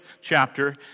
chapter